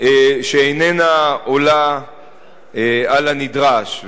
שאיננה עולה על הנדרש.